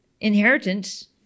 inheritance